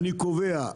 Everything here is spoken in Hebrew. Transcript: אני קובע,